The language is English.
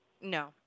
No